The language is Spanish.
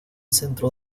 centro